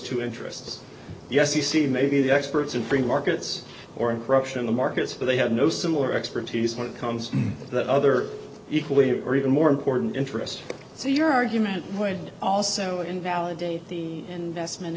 two interests yes you see maybe the experts in free markets or in corruption in the markets they have no similar expertise when it comes to that other equally or even more important interest so your argument would also invalidate the investment